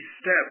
step